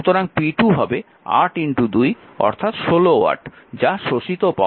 সুতরাং p2 হবে 82 অর্থাৎ 16 ওয়াট যা শোষিত পাওয়ার